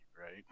right